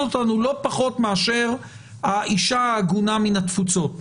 אותנו לא פחות מאשר האישה העגונה מן התפוצות,